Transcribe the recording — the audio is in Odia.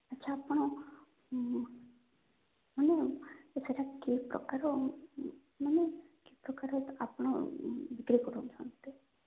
ଆଚ୍ଛା ଆପଣ ମାନେ କେତେଟା କି ପ୍ରକାର ମାନେ କି ପ୍ରକାର ଆପଣ ବିକ୍ରି କରୁଛନ୍ତି